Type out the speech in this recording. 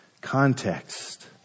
context